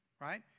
right